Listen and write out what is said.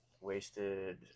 wasted